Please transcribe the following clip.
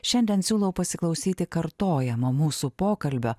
šiandien siūlau pasiklausyti kartojamo mūsų pokalbio